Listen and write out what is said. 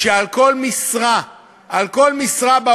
שזה קצב צמיחת